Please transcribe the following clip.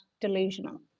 delusional